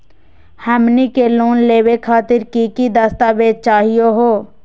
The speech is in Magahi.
हमनी के लोन लेवे खातीर की की दस्तावेज चाहीयो हो?